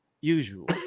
usual